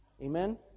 Amen